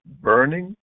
burning